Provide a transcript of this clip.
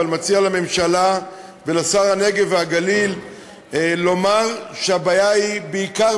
אבל מציע לממשלה ולשר הנגב והגליל לומר שהבעיה היא בעיקר